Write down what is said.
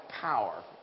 power